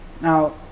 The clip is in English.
Now